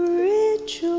rich